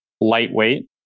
lightweight